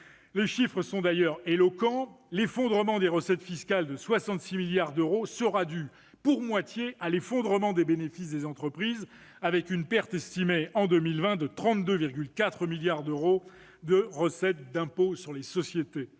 Les chiffres sont éloquents : l'effondrement des recettes fiscales de 66 milliards d'euros sera dû, pour moitié, à l'effondrement des bénéfices des entreprises, avec une perte estimée, pour 2020, à 32,4 milliards d'euros de recettes d'impôt sur les sociétés.